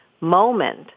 moment